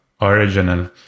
original